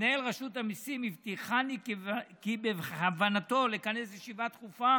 מנהל רשות המיסים הבטיחני כי בכוונתו לכנס ישיבה דחופה